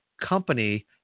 company